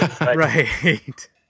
Right